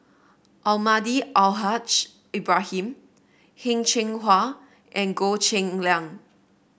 Almahdi Al Haj Ibrahim Heng Cheng Hwa and Goh Cheng Liang